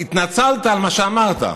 התנצלת על מה שאמרת.